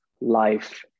life